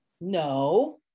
No